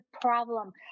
problem